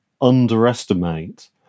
underestimate